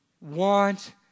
want